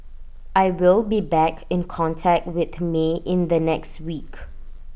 I will be back in contact with may in the next week